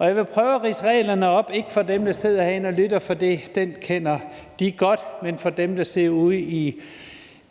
Jeg vil prøve at ridse reglerne op – ikke for dem, der sidder herinde og lytter, for de kender dem godt, men for dem, der sidder ude i